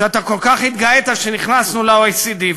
ואתה כל כך התגאית שנכנסנו ל-OECD.